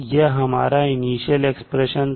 यह हमारा initial expression था